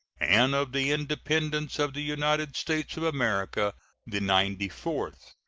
and of the independence of the united states of america the ninety-fourth.